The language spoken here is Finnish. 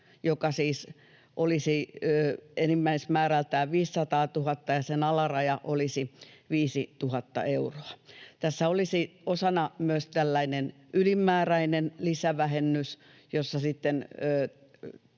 joka siis olisi enimmäismäärältään 500 000 ja jonka alaraja olisi 5 000 euroa, ja tässä olisi osana myös tällainen ylimääräinen lisävähennys, jossa sitten